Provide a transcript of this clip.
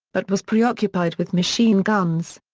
but was preoccupied with machine guns.